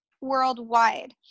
worldwide